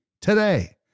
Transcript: today